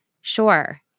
Sure